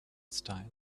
style